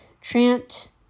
Trent